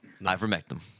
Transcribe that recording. Ivermectin